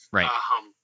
Right